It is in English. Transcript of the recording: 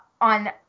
on